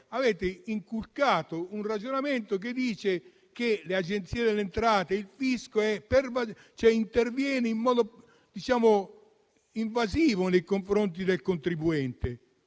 avete inculcato un ragionamento secondo cui l'Agenzia delle entrate e il fisco intervengono in modo invasivo nei confronti del contribuente.